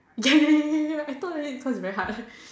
ya ya ya ya ya I thought is cause very hard